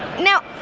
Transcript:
now,